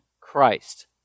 Christ